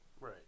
Right